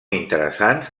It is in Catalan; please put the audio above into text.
interessants